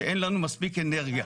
שאין לנו מספיק אנרגיה.